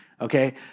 okay